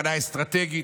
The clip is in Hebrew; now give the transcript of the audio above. סכנה אסטרטגית,